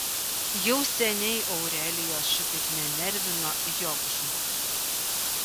jau seniai aurelijos šitaip nenervino joks žmogus